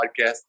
podcast